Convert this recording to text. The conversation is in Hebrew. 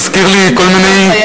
זה מזכיר לי כל מיני,